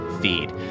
feed